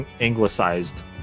anglicized